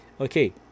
okay